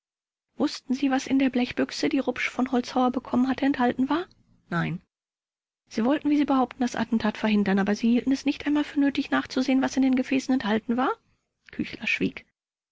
wußten sie was in der blechbüchse die rupsch von holzhauer bekommen hatte enthalten war k nein vors sie wollten wie sie behaupten das attentat verhindern aber sie hielten es nicht einmal für nötig nachzusehen was in den gefäßen enthalten war k schwieg